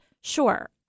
sure